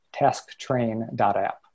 tasktrain.app